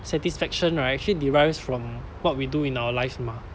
satisfaction right actually derives from what we do in our life mah